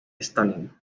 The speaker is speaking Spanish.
stalin